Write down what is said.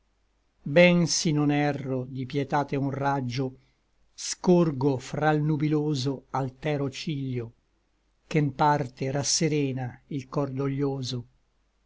mia ben s'i non erro di pietate un raggio scorgo fra l nubiloso altero ciglio che n parte rasserena il cor doglioso